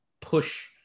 push